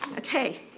okay,